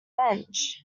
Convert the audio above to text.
bench